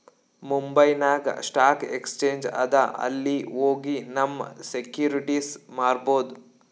ಮುಂಬೈನಾಗ್ stock exchange ಅದಾ ಅಲ್ಲಿ ಹೋಗಿ ನಮ್ ಸೆಕ್ಯೂರಿಟಿಸ್ ಮಾರ್ಬೊದ್